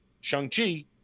Shang-Chi